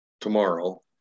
tomorrow